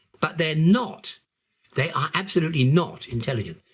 but they're not they are absolutely not intelligent.